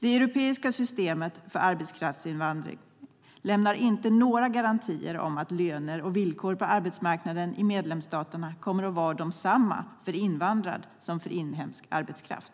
Det europeiska systemet för arbetskraftsinvandring lämnar inte några garantier om att löner och villkor på arbetsmarknaden i medlemsstaterna kommer att vara desamma för invandrad som för inhemsk arbetskraft.